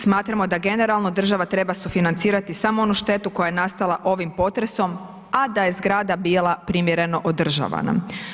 Smatramo da generalno država treba sufinancirati samo onu štetu koja je nastala ovim potresom, a da je zgrada bila primjereno održavana.